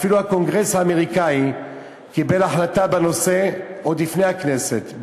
אפילו הקונגרס האמריקני קיבל החלטה בנושא עוד לפני הכנסת,